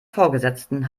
vorgesetzten